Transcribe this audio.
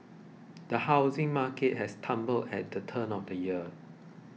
the housing market has stumbled at the turn of the year